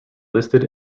listed